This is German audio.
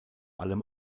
allem